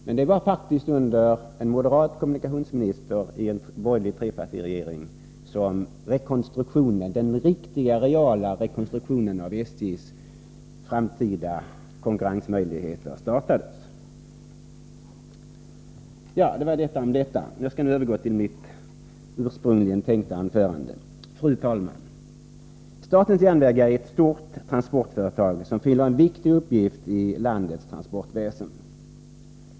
— men det var faktiskt under en moderat kommunikationsminister i en borgerlig trepartiregering som den riktiga, reella rekonstruktionen för att förbättra SJ:s framtida konkurrensmöjligheter startades. Detta om detta. Jag skall nu övergå till mitt ursprungligen tänkta anförande. Fru talman! Statens järnvägar är ett stort transportföretag, som fyller en viktig uppgift i landets transportväsen.